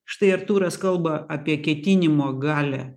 štai artūras kalba apie ketinimo galią